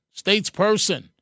statesperson